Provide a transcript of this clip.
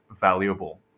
valuable